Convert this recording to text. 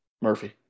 Murphy